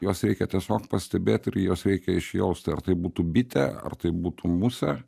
juos reikia tiesiog pastebėt ir juos reikia išjaust ar tai būtų bitė ar tai būtų musė